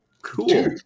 Cool